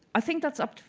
i think that's up